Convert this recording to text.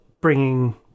bringing